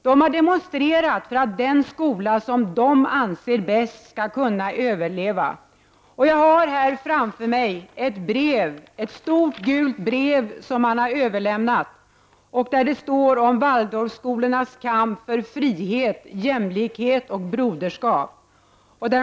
De har demonstrerat för att den skola som de anser bäst skall kunna överleva. Jag har här framför mig ett stort, gult brev som har överlämnats till mig. Där står det om Waldorfskolornas kamp för frihet, jämlikhet och broderskap.